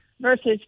versus